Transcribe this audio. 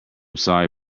sorry